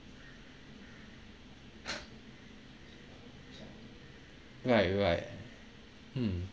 right right mm